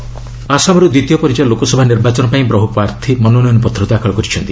Assam nomination ଆସାମରୁ ଦ୍ୱିତୀୟ ପର୍ଯ୍ୟାୟ ଲୋକସଭା ନିର୍ବାଚନ ପାଇଁ ବହୁ ପ୍ରାର୍ଥୀ ମନୋନୟନ ପତ୍ର ଦାଖଲ କରିଛନ୍ତି